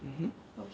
mmhmm